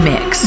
Mix